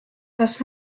kas